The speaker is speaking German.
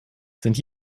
sind